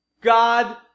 God